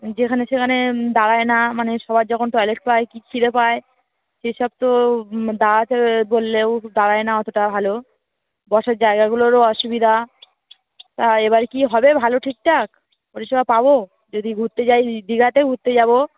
যেখানে সেখানে দাঁড়ায় না মানে সবার যখন টয়লেট পায় খিদে পায় সে সব তো দাঁড়াতে বললেও দাঁড়ায় না অতোটা ভালো বসার জায়গাগুলোরও অসুবিধা তা এবার কি হবে ভালো ঠিকঠাক ও সব পাবো যদি ঘুরতে যাই দীঘাতে ঘুরতেে যাবো